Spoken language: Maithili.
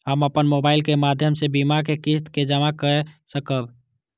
हम अपन मोबाइल के माध्यम से बीमा के किस्त के जमा कै सकब?